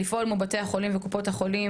בבקשה לפעול מול בתי החולים ומול קופות חולים,